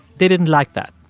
they didn't like that.